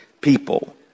people